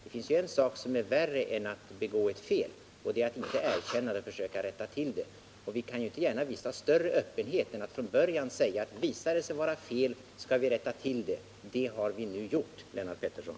Det finns ju en sak som är värre än att begå ett fel, och det är att inte erkänna det och inte försöka rätta till det. Vi kan ju inte gärna ådagalägga större öppenhet än att från början säga att visar det sig vara fel skall vi rätta till det. Det har vi nu gjort, Lennart Pettersson.